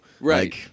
right